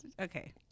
okay